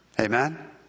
Amen